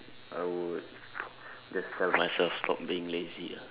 I would just tell myself stop being lazy ah